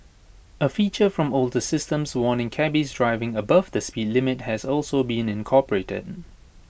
A feature from older systems warning cabbies driving above the speed limit has also been incorporated